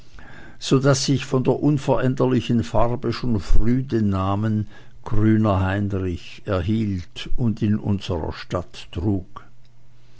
so daß ich von der unveränderlichen farbe schon früh den namen grüner heinrich erhielt und in unserer stadt trug